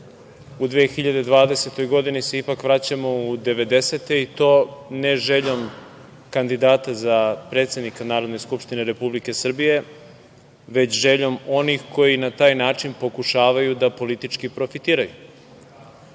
u 2020. godini se ipak vraćamo u devedesete, i to ne željom kandidata za predsednika Narodne skupštine Republike Srbije, već željom onih koji na taj način pokušavaju da politički profitiraju. Dakle,